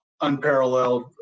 unparalleled